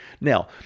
Now